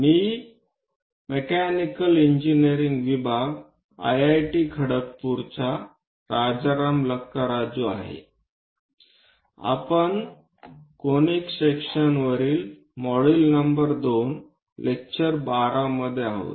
मी mechanical engineering विभाग IIT खडगपूरचा राजाराम लकाराजू आहे आपण कोनिक सेक्शनवरील मॉड्यूल नंबर 2 लेक्चर 12 मध्ये आहोत